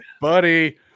buddy